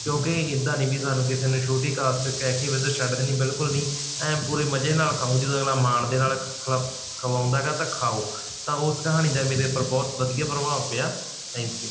ਕਿਉਂਕਿ ਇੱਦਾਂ ਨਹੀਂ ਵੀ ਸਾਨੂੰ ਕਿਸੇ ਨੂੰ ਛੋਟੀ ਕਾਸਟ ਕਹਿ ਕੇ ਵੀ ਉਹਦਾ ਛੱਡ ਦੇਣੀ ਬਿਲਕੁਲ ਨਹੀਂ ਐਨ ਪੂਰੇ ਮਜ਼ੇ ਨਾਲ ਖਾਓ ਜਦੋਂ ਅਗਲਾ ਮਾਣ ਦੇ ਨਾਲ ਖਲਾ ਖਵਾਉਂਦਾ ਹੈਗਾ ਤਾਂ ਖਾਓ ਤਾਂ ਉਸ ਕਹਾਣੀ ਦਾ ਮੇਰੇ ਉੱਪਰ ਬਹੁਤ ਵਧੀਆ ਪ੍ਰਭਾਵ ਪਿਆ ਥੈਂਕ ਯੂ